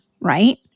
right